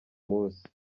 munsi